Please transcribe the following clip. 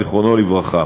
זיכרונו לברכה.